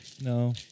No